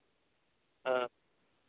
ᱦᱳᱭ